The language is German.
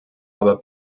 aber